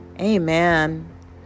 Amen